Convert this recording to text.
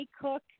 cook